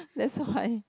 that's why